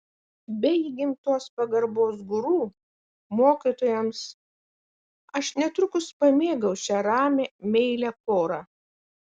be įgimtos pagarbos guru mokytojams aš netrukus pamėgau šią ramią meilią porą